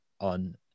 on